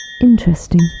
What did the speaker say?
Interesting